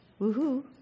Woohoo